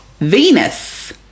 Venus